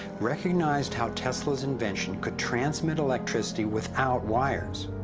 recognized how tesla's invention could transmit electricity without wires.